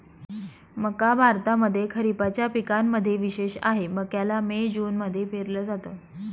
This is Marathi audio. मक्का भारतामध्ये खरिपाच्या पिकांना मध्ये विशेष आहे, मक्याला मे जून मध्ये पेरल जात